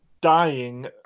dying